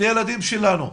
מקום בטוח לילדים שלנו.